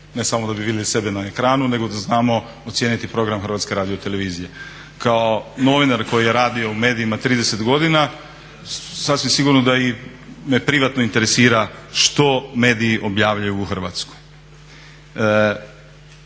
ne samo da bi vidjeli sebe na ekranu nego da znamo ocijeniti program HRT-a. Kao novinar koji je radio u medijima 30 godina sasvim sigurno da me i privatno interesira što mediji objavljuju u Hrvatskoj.